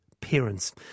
parents